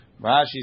Rashi